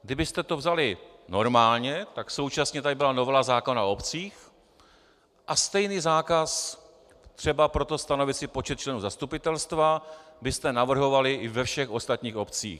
Kdybyste to vzali normálně, tak současně tady byla novela zákona o obcích, a stejný zákaz třeba pro to, stanovit si počet členů zastupitelstva, byste navrhovali i ve všech ostatních obcích.